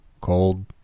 Cold